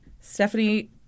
Stephanie